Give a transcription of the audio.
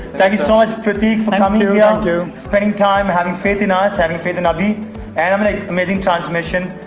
thank you so much fatigue family we are spending time having faith in us having faith in hobby and i'm like amazing transmission.